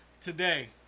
Today